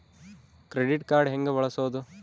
Credit card ಹೆಂಗ ಬಳಸೋದು?